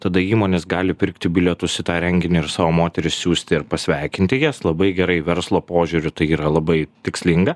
tada įmonės gali pirkti bilietus į tą renginį ir savo moteris siųsti ir pasveikinti jas labai gerai verslo požiūriu tai yra labai tikslinga